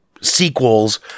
sequels